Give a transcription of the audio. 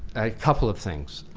a couple of things.